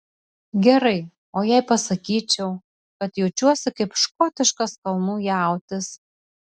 gerai o jei pasakyčiau kad jaučiuosi kaip škotiškas kalnų jautis